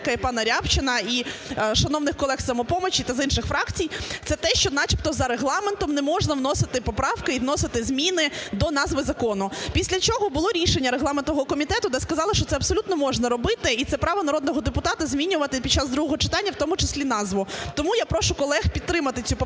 і пана Рябчина, і шановних колег з "Самопомочі" та з інших фракцій), це те, що начебто за Регламентом не можна вносити поправки і вносити зміни до назви закону. Після чого було рішення регламентного комітету, де сказали, що це абсолютно можна робити, і це право народного депутата – змінювати під час другого читання в тому числі назву. Тому я прошу колег підтримати цю поправку